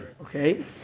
Okay